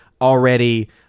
already